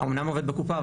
אני אמנם עובד בקופה,